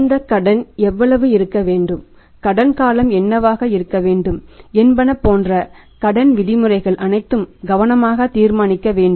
இந்த கடன் எவ்வளவு இருக்க வேண்டும் கடன் காலம் என்னவாக இருக்க வேண்டும் என்பன போன்ற கடன் விதிமுறைகள் அனைத்தும் கவனமாக தீர்மானிக்க வேண்டும்